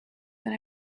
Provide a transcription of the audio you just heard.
that